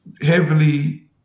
heavily